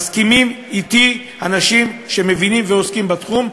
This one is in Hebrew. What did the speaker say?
מסכימים אתי אנשים שמבינים ועוסקים בתחום,